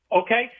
Okay